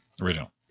Original